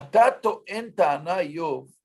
אתה טוען טענה איוב.